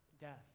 death